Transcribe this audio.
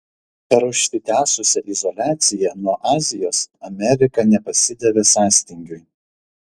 per užsitęsusią izoliaciją nuo azijos amerika nepasidavė sąstingiui